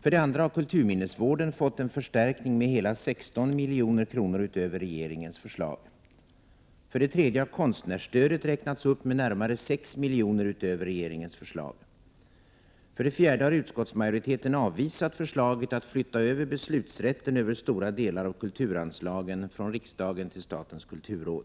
För det andra har kulturminnesvården fått en förstärkning med hela 16 milj.kr. utöver regeringens förslag. För det tredje har konstnärsstödet räknats upp med närmare 6 milj.kr. utöver regeringens förslag. För det fjärde har utskottsmajoriteten avvisat förslaget att flytta över beslutsrätten över stora delar av kulturanslagen från riksdagen till statens kulturråd.